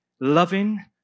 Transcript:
loving